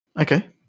okay